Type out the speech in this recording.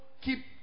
keep